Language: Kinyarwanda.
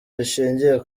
rishingiye